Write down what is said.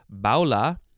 baula